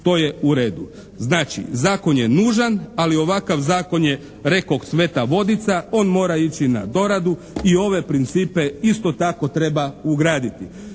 To je u redu. Znači zakon je nužan, ali ovakav zakon je rekoh sveta vodica. On mora ići na doradu i ove principe isto tako treba ugraditi.